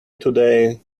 today